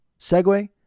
segue